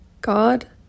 God